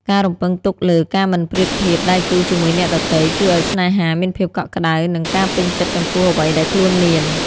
ការរំពឹងទុកលើ "ការមិនប្រៀបធៀបដៃគូជាមួយអ្នកដទៃ" ជួយឱ្យស្នេហាមានភាពកក់ក្ដៅ និងការពេញចិត្តចំពោះអ្វីដែលខ្លួនមាន។